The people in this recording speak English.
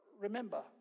remember